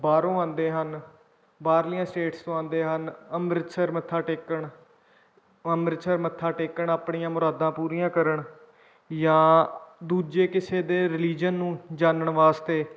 ਬਾਹਰੋਂ ਆਉਂਦੇ ਹਨ ਬਾਹਰਲੀਆਂ ਸਟੇਟਸ ਤੋਂ ਆਉਂਦੇ ਹਨ ਅੰਮ੍ਰਿਤਸਰ ਮੱਥਾ ਟੇਕਣ ਅੰਮ੍ਰਿਤਸਰ ਮੱਥਾ ਟੇਕਣ ਆਪਣੀਆਂ ਮੁਰਾਦਾਂ ਪੂਰੀਆਂ ਕਰਨ ਜਾਂ ਦੂਜੇ ਕਿਸੇ ਦੇ ਰਿਲੀਜਨ ਨੂੰ ਜਾਨਣ ਵਾਸਤੇ